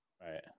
right